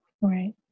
Right